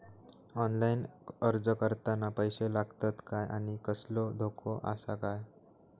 Online अर्ज करताना पैशे लागतत काय आनी कसलो धोको आसा काय?